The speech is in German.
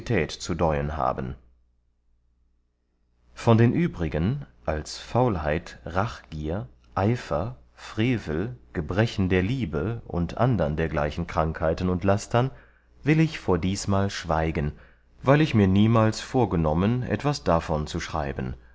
zu däuen haben von den übrigen als faulheit rachgier eifer frevel gebrechen der liebe und andern dergleichen krankheiten und lastern will ich vor diesmal schweigen weil ich mir niemals vorgenommen etwas davon zu schreiben